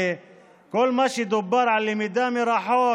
כי כל מה שדובר על למידה מרחוק,